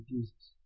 Jesus